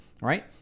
right